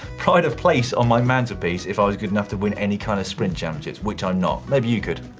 pride of place on my mantelpiece, if i was good enough to win any kind of sprint championships, which i'm not. maybe you could.